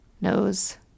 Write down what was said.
knows